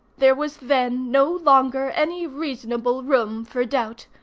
there was then no longer any reasonable room for doubt.